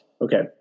okay